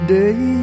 day